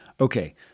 Okay